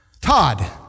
Todd